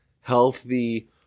healthy